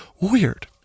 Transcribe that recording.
Weird